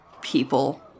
people